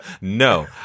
No